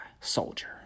Soldier